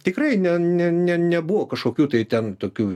tikrai ne ne ne nebuvo kažkokių tai ten tokių